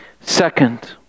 Second